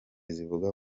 zivuga